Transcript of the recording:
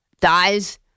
dies